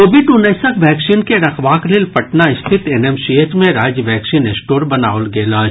Covid उन्नैसक vaccine के रखबाक लेल पटना स्थित एनएमसीएच मे राज्य वैक्सीन स्टोर बनाओल गेल अछि